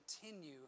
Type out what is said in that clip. continue